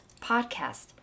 podcast